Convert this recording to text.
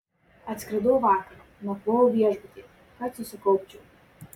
atskridau vakar nakvojau viešbutyje kad susikaupčiau